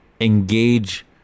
engage